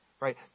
right